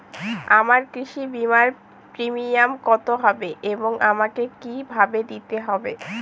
আমার কৃষি বিমার প্রিমিয়াম কত হবে এবং আমাকে কি ভাবে দিতে হবে?